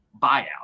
buyout